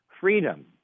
freedom